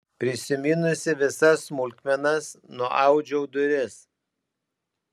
prisiminusi visas smulkmenas nuaudžiau duris